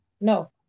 No